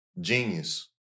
Genius